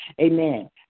amen